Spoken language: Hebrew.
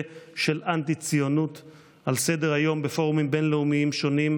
של אנטי-ציונות בפורומים בין-לאומיים שונים,